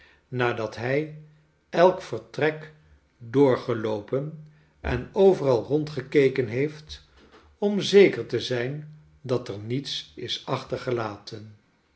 nadat hij elk vertrek doorgeloopen en overal rondgekeken heeft om zeker te zijn dat er niets is achtergelaten